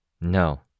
No